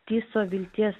tyso vilties